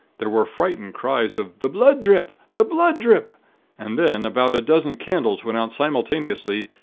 there were frightened cries of the bhlood-dhrip! the bhlood-dhrip and then, about a dozen candles went out simultaneously,